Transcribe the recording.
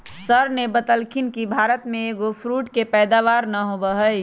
sir ने बतल खिन कि भारत में एग फ्रूट के पैदावार ना होबा हई